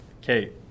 kate